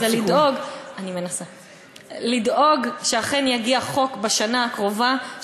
זה לדאוג שאכן יגיע חוק בשנה הקרובה,